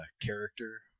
character